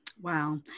Wow